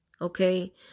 okay